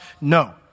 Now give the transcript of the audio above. no